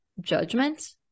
judgment